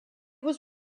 was